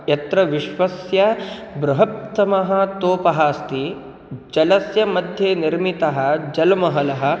यत्र विश्वस्य बृहत्तमः स्तूपः अस्ति जलस्य मध्ये निर्मितः जल्महलः